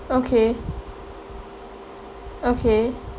okay okay